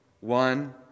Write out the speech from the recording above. one